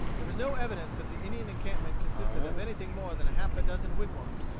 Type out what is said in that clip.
there was no evidence that the indian encampment consisted of anything more than half a dozen wigwams,